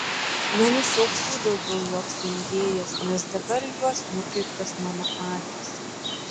nenusiaubs jų daugiau joks engėjas nes dabar į juos nukreiptos mano akys